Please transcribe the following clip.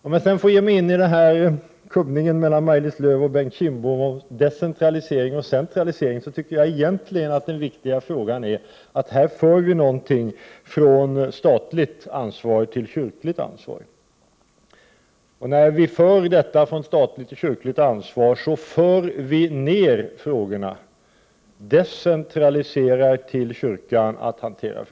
Om jag får ge mig in i kubbningen mellan Maj-Lis Lööw och Bengt Kindbom om decentralisering och centralisering, vill jag säga att jag tycker att det viktiga här är att vi för någonting från statligt ansvar till kyrkligt ansvar. När vi gör det, för vi ner frågorna, decentraliserar till kyrkan att Prot. 1988/89:46 hantera dem.